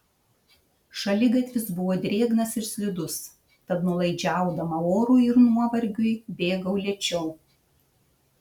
šaligatvis buvo drėgnas ir slidus tad nuolaidžiaudama orui ir nuovargiui bėgau lėčiau